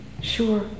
Sure